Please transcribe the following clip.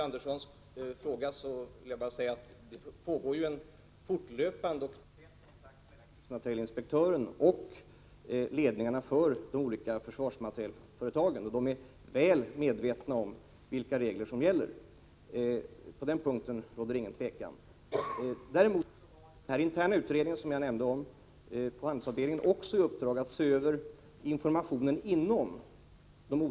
Under denna sommar har dammbrott och skador i regleringsdammar lett till översvämningar. Detta har också skapat stor oro. Folk frågar sig hur det egentligen står till med dammsäkerheten i vårt land. Enligt uppgift importerar SSAB manganmalm från Norge.